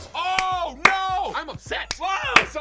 oh no! i'm upset! whoa! so